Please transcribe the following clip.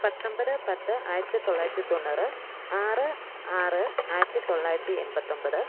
പത്തൊൻപത് പത്ത് ആയിരത്തി തൊള്ളായിരത്തി തൊണ്ണൂറ് ആറ് ആറ് ആയിരത്തി തൊള്ളായിരത്തി എൺപത്തിയൊൻപത്